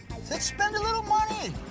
let's spend a little money.